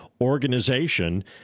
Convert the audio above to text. organization